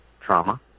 trauma